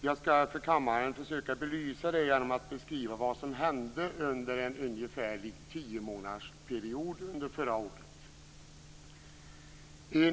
Jag skall för kammaren försöka belysa det genom att beskriva vad som hände under en ungefärlig tiomånadersperiod förra året.